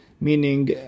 meaning